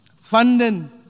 funding